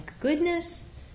goodness